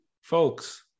folks